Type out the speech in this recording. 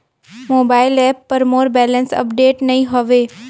mobile app पर मोर balance update नई हवे